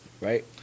Right